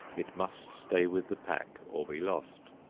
it must stay with the pack or be lost.